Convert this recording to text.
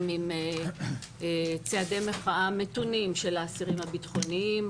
עם צעדי מחאה מתונים של האסירים הביטחוניים,